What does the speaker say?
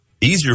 easier